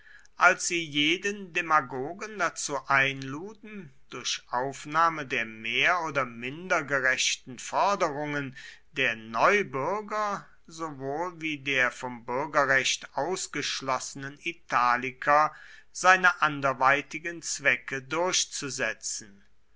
als sie jeden demagogen dazu einluden durch aufnahme der mehr oder minder gerechten forderungen der neubürger sowohl wie der vom bürgerrecht ausgeschlossenen italiker seine anderweitigen zwecke durchzusetzen